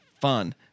fun